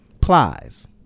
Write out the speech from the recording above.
Plies